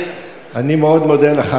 אני מאוד מודה לך,